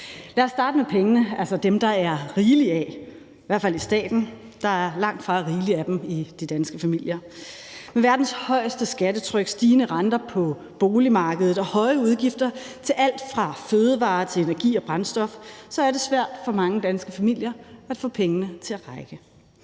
Lad os starte med pengene, altså dem, der er rigeligt af, i hvert fald i staten, for der er langtfra rigeligt af dem i de danske familier. Med verdens højeste skattetryk, stigende renter på boligmarkedet og høje udgifter til alt fra fødevarer til energi og brændstof er det svært for mange danske familier at få pengene til at række.